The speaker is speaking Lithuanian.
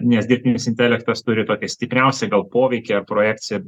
nes dirbtinis intelektas turi tokį stipriausį gal poveikį ar projekciją